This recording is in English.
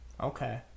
Okay